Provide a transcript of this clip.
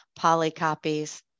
Polycopies